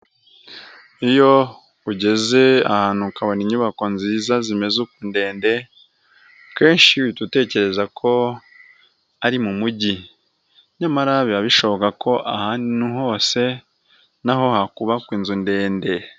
Iyo ugeze ahantu ukabona inyubako nziza zimeze uku ndende, kenshi uhita utekereza ko ari mu mujyi, nyamara biba bishoboka ko ahantu hose na ho hakubakwa inzu ndende.